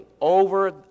over